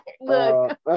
Look